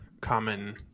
common